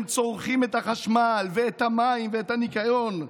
הם צורכים את החשמל ואת המים ואת הניקיון,